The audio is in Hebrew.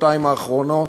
בשנתיים האחרונות,